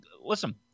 listen